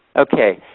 okay,